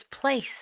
place